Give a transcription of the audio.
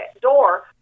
door